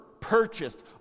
purchased